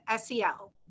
SEL